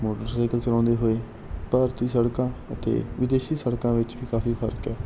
motorcycle ਚਲਾਉਂਦੇ ਹੋਏ ਭਾਰਤੀ ਸੜਕਾਂ ਅਤੇ ਵਿਦੇਸ਼ੀ ਸੜਕਾਂ ਵਿੱਚ ਵੀ ਕਾਫੀ ਫ਼ਰਕ ਹੈ